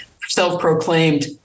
self-proclaimed